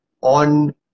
on